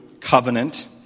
covenant